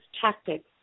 tactics